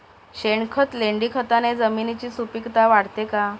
शेणखत, लेंडीखताने जमिनीची सुपिकता वाढते का?